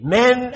men